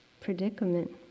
predicament